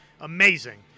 Amazing